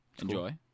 Enjoy